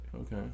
Okay